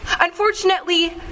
Unfortunately